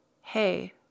Hey